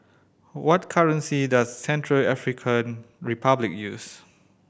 what currency does Central African Republic use